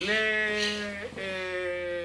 הא...הא...